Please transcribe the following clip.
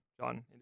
John